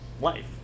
life